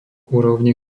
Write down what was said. úrovne